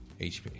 HP